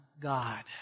God